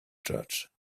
judge